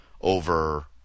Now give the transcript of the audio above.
over